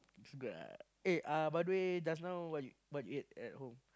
true that ah eh uh by the way just now what you what you ate at home